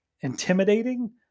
intimidating